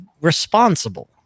responsible